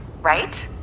Right